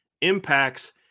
impacts